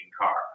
car